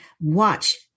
watch